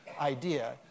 idea